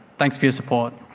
thanks for your support.